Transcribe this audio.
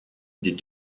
des